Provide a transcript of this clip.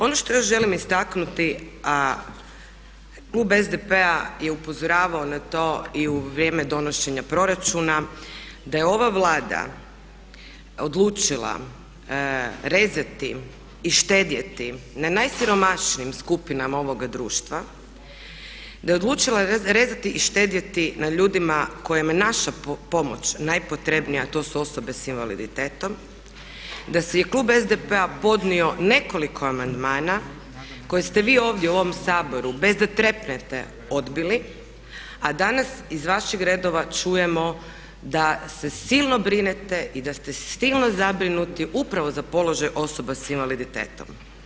Ono što još želim istaknuti a Klub SDP-a je upozoravao na to i u vrijeme donošenja proračuna, da je ova Vlada odlučila rezati i štedjeti na najsiromašnijim skupinama ovoga društva, da je odlučila rezati i štedjeti na ljudima kojima je naša pomoć najpotrebnija a to su osobe s invaliditetom, da se je Klub SDP-a podnio nekoliko amandmana koje ste vi ovdje u ovom Saboru bez da trepnete odbili a danas iz vaših redova čujemo da se silno brinete i da ste silno zabrinuti upravo za položaj osoba s invaliditetom.